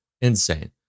Insane